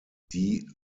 die